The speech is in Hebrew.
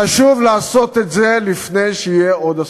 חשוב לעשות את זה לפני שיהיה עוד אסון.